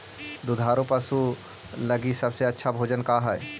दुधार पशु लगीं सबसे अच्छा भोजन का हई?